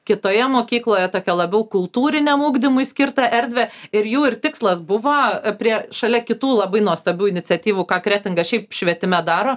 kitoje mokykloje tokią labiau kultūriniam ugdymui skirtą erdvę ir jų ir tikslas buvo prie šalia kitų labai nuostabių iniciatyvų ką kretinga šiaip švietime daro